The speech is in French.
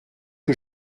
que